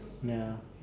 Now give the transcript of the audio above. ya